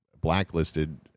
blacklisted